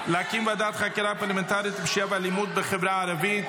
להקים ועדת חקירה פרלמנטרית לפשיעה ואלימות בחברה הערבית.